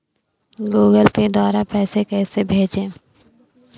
Google Pay द्वारा पैसे कैसे भेजें?